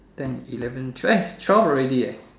ten eleven twelve twelve already eh